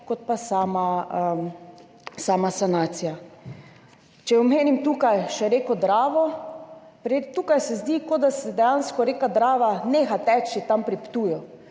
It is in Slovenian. kot pa sama sanacija. Če omenim še reko Dravo, tukaj se zdi, kot da dejansko reka Drava neha teči tam pri Ptuju.